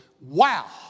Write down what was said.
wow